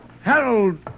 Harold